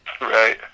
Right